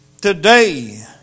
Today